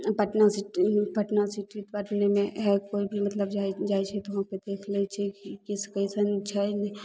पटना सि पटना सिटी पटने मे हइ कोइ भी मतलब जाइ जाइ छी तऽ देख लै छै किस कइसन छै नहि छै